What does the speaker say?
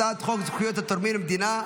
הצעת חוק זכויות התורמים למדינה,